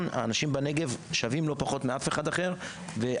אנשים בנגב שווים לא פחות מאף אחד אחר ואנחנו